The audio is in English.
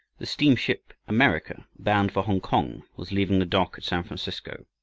the steamship america, bound for hongkong, was leaving the dock at san francisco.